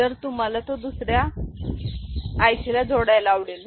तर तुम्हाला तो दुसऱ्या IC ला जोडायला आवडेल